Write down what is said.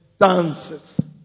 dances